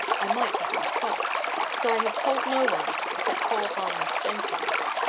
i might have been stopped so i have told no one, except poor harmless jenkins.